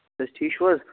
ٹھیٖک چھِو حظ